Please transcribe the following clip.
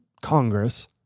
Congress